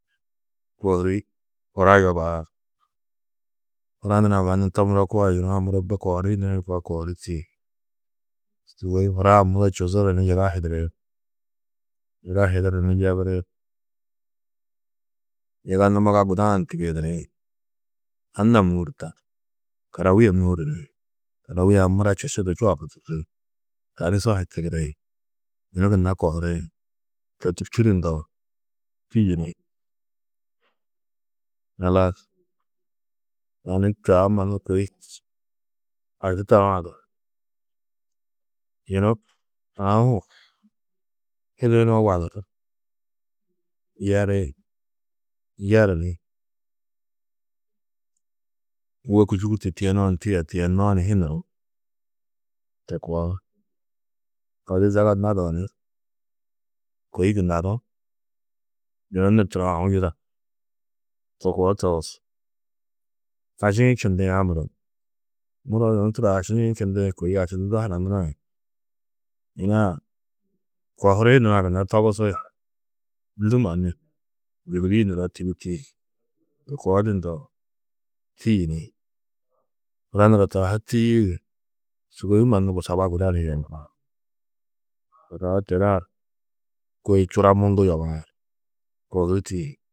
Kohurî hura yobaar, lanurã mannu to muro koo di yuna-ã muro bu kohuri nirĩ koo di kohurî tîyi. Sûgoi hura-ã muro čuzuru ni yiga hidiri. Yiga hidiru ni yebiri. Yiga numaga guda-ã ni tigiidiri. Anna mûuru tar. Karawûye mûuru ni, karawûye-ã mura čusčundu čoopu tûrri. Tani sohi tigiri yunu gunna kohuri. To tûrtu du ndo tîyi ni halas tani taa mannu kôi a di yunu aũ hu hidiyunoo wadurú yeri. Yeru ni wôku yûgurtu tiyenoo tiye, tiyennoó ni hinurú to koo. Odu zaga nadoo ni kôi gunna du yunu turo aũ yida to koo togus. Aši-ĩ čindĩ a muro. Muro yunu turo aši-ĩ čindĩ kôi ašidudo hananurã, yina-ã kohuri nurã gunna togusi, ndû mannu bîdiri nuroo tîbiti. To koo di ndo tîyi ni, yina nurã taa ha tîyiidi sûɡoi mannu busaba guda ni yopaar, busaa tereã kôe čura mundu yobaar. Kohurî tîyi.